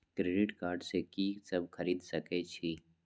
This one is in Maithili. क्रेडिट कार्ड से की सब खरीद सकें छी?